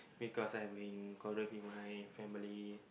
because I've been quarrel with my family